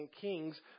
Kings